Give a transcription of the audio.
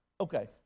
Okay